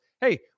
hey